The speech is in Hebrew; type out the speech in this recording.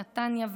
נתניה,